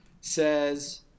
says